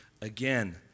Again